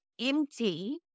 empty